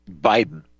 Biden